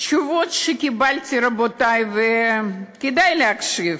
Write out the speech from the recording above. התשובות שקיבלתי, רבותי, כדאי להקשיב,